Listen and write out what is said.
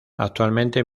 actualmente